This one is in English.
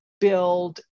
build